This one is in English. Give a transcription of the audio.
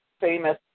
famous